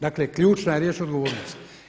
Dakle ključna riječ je odgovornost.